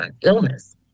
illness